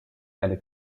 eine